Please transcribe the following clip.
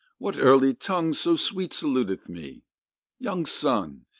what early tongue so sweet saluteth me young son,